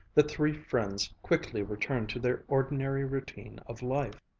the three friends quickly returned to their ordinary routine of life.